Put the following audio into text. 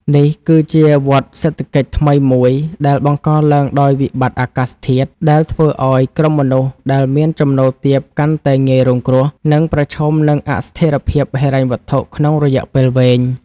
នេះគឺជាវដ្តសេដ្ឋកិច្ចថ្មីមួយដែលបង្កឡើងដោយវិបត្តិអាកាសធាតុ ដែលធ្វើឱ្យក្រុមមនុស្សដែលមានចំណូលទាបកាន់តែងាយរងគ្រោះ និងប្រឈមនឹងអស្ថិរភាពហិរញ្ញវត្ថុក្នុងរយៈពេលវែង។